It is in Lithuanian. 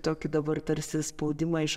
tokį dabar tarsi spaudimą iš